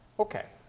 okay,